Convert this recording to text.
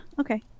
Okay